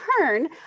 turn